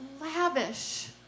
lavish